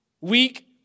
Weak